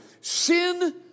sin